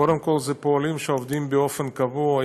קודם כול, אלו פועלים שעובדים באופן קבוע.